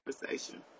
conversation